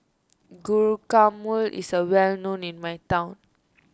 Guacamole is well known in my town